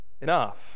enough